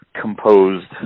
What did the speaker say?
composed